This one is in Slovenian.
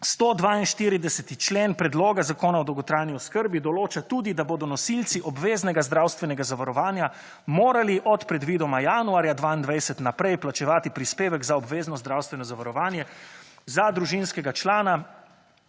»142. člen Predloga zakona o dolgotrajni oskrbi določa tudi, da bodo nosilci obveznega zdravstvenega zavarovanja, morali od predvidoma januarja 2022 naprej plačevati prispevek za obvezno zdravstveno zavarovanje za družinskega člana,